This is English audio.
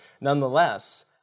Nonetheless